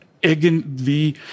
irgendwie